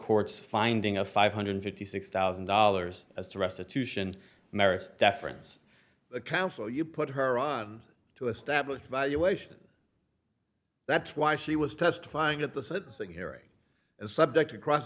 court's finding a five hundred and fifty six thousand dollars as to restitution merits deference the counsel you put her on to establish evaluation that's why she was testifying at the so that hearing is subject to cross